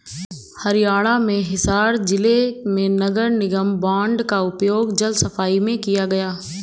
हरियाणा में हिसार जिले में नगर निगम बॉन्ड का उपयोग जल सफाई में किया गया